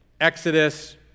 Exodus